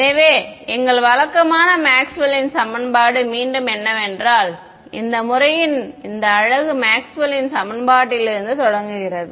எனவே எங்கள் வழக்கமான மேக்ஸ்வெல்லின் சமன்பாடு மீண்டும் என்னவென்றால் இந்த முறையின் இந்த அழகு மேக்ஸ்வெல்லின் சமன்பாட்டிலிருந்து தொடங்குகிறது